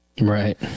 Right